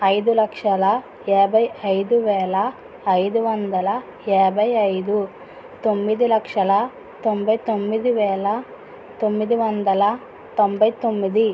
ఐదు లక్షల యాభై ఐదు వేల ఐదు వందల యాభై ఐదు తొమ్మిది లక్షల తొంభై తొమ్మిది వేల తొమ్మిది వందల తొంభై తొమ్మిది